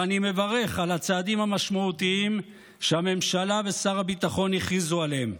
ואני מברך על הצעדים המשמעותיים שהממשלה ושר הביטחון הכריזו עליהם.